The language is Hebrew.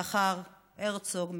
לאחר הרצוג,